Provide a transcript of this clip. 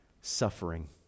suffering